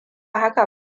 haka